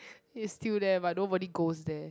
it's still there but nobody goes there